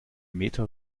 meter